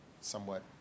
somewhat